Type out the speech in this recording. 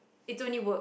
it's only work